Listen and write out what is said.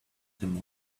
them